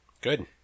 good